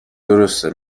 درسته